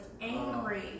angry